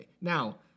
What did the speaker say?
Now